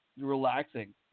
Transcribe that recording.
relaxing